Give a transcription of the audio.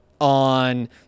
on